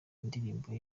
indirimbo